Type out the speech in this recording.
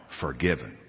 forgiven